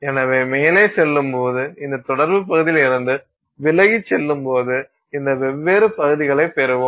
எனவே மேலே செல்லும்போது இந்த தொடர்புப் பகுதியிலிருந்து விலகிச் செல்லும்போது இந்த வெவ்வேறு பகுதிகளைப் பெறுவோம்